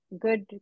good